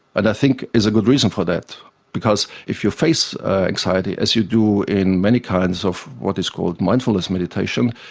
and i think there's a good reason for that because if you face anxiety, as you do in many kinds of what is called mindfulness meditation,